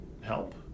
help